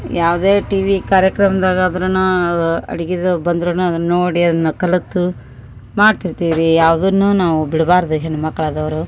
ಯಾವುದೇ ಟಿವಿ ಕಾರ್ಯಕ್ರಮದಾಗ ಆದರೂನು ಅದು ಅಡಿಗಿದು ಬಂದರೂನು ಅದನ್ನ ನೋಡಿ ಅದನ್ನು ಕಲಿತು ಮಾಡ್ತಿರ್ತಿವಿ ರೀ ಯಾವುದನ್ನು ನಾವು ಬಿಡ್ಬಾರದು ಹೆಣ್ಮಕ್ಳು ಆದವರು